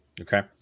Okay